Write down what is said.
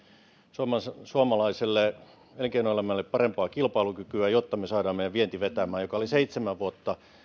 suomalaiselle suomalaiselle elinkeinoelämälle parempaa kilpailukykyä jotta me saamme meidän viennin vetämään joka oli seitsemän vuotta